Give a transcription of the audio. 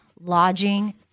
lodging